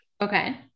okay